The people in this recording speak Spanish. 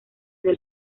del